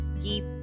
keep